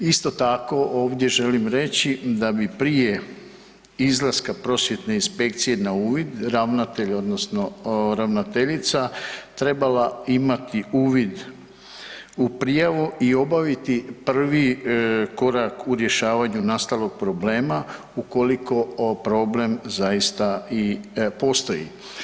Isto tako ovdje želim reći da bi prije izlaska prosvjetne inspekcije na uvid ravnatelj odnosno ravnateljica trebala imati uvid u prijavu i obaviti prvi korak u rješavanju nastalog problema ukoliko problem zaista i postoji.